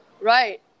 Right